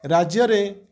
ରାଜ୍ୟରେ